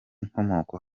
inkomoko